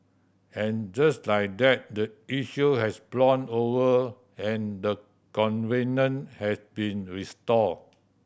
and just like that the issue has blown over and the covenant has been restored